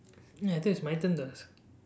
ya I thought is my turn to ask